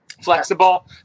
flexible